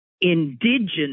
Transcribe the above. indigenous